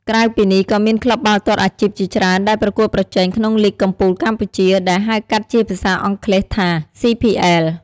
ក្រៅពីនេះ ក៏មានក្លឹបបាល់ទាត់អាជីពជាច្រើនដែលប្រកួតប្រជែងក្នុងលីគកំពូលកម្ពុជា ដែលហៅកាត់ជាភាសាអង់គ្លេសថា CPL។